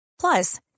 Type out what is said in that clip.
Plus